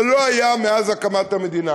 זה לא היה מאז הקמת המדינה.